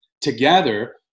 Together